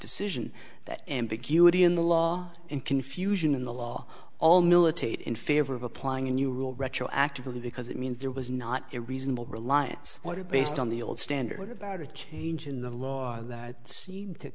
decision that ambiguity in the law and confusion in the law all militate in favor of applying a new rule retroactively because it means there was not a reasonable reliance order based on the old standard about a change in the law that seemed to